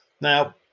Now